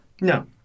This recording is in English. No